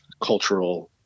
cultural